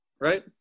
right